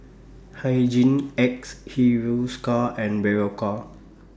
Hygin X Hiruscar and Berocca